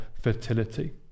fertility